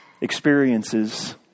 experiences